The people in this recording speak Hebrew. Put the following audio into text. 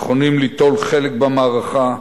נכונים ליטול חלק במערכה,